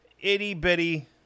itty-bitty